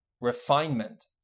refinement